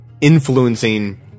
influencing